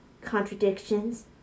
Contradictions